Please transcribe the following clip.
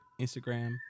Instagram